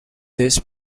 this